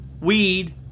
Weed